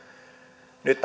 nyt